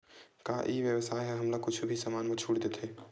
का ई व्यवसाय ह हमला कुछु भी समान मा छुट देथे?